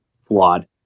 flawed